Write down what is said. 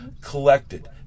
collected